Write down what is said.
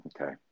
Okay